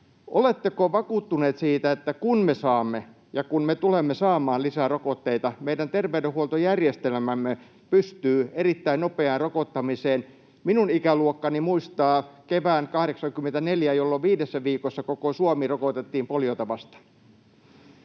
oletteko vakuuttunut siitä, että kun me saamme ja kun me tulemme saamaan lisää rokotteita, meidän terveydenhuoltojärjestelmämme pystyy erittäin nopeaan rokottamiseen? Minun ikäluokkani muistaa kevään 84, jolloin viidessä viikossa koko Suomi rokotettiin poliota vastaan.